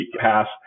pass